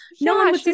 no